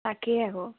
তাকেই আকৌ